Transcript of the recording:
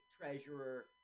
treasurer